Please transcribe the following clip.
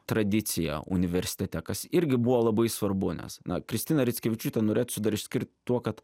tradiciją universitete kas irgi buvo labai svarbu nes na kristiną rickevičiūtę norėčiau dar išskirt tuo kad